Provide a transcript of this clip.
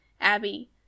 Abby